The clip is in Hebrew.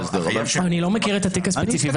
אני לא מכיר את התיק הספציפי.